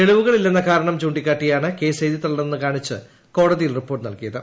തെളിവുകൾ ഇല്ലെന്ന കാരണം ചൂണ്ടിക്കാട്ടിയാണ് കേസ് എഴുതിത്തള്ളണമെന്ന് കാണിച്ച് കോടതിയിൽ റിപ്പോർട്ട് നൽകിയത്